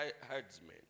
herdsmen